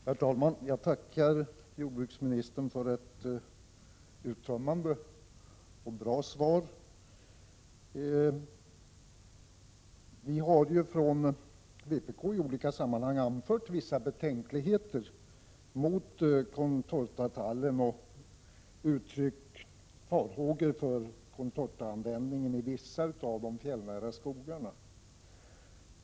Herr talman! Jag tackar jordbruksministern för ett uttömmande och bra svar. Från vpk:s sida har vi i olika sammanhang anfört vissa betänkligheter mot contortatallen. Vi har uttryckt farhågor för användning av contortatall i vissa av de fjällnära skogarna.